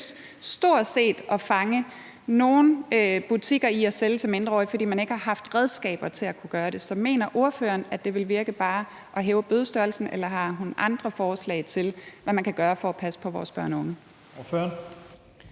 lykkedes at fange nogen butikker i at sælge til mindreårige, fordi man ikke har haft redskaber til at kunne gøre det. Så mener ordføreren, at det vil virke bare at hæve bødestørrelsen, eller har hun andre forslag til, hvad man kan gøre for at passe på vores børn og unge?